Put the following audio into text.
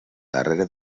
darrere